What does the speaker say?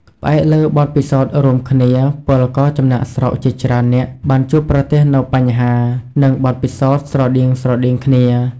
ផ្អែកលើបទពិសោធន៍រួមគ្នាពលករចំណាកស្រុកជាច្រើននាក់បានជួបប្រទះនូវបញ្ហា និងបទពិសោធន៍ស្រដៀងៗគ្នា ។